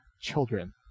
children